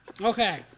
Okay